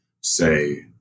say